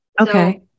Okay